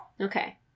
Okay